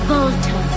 Volta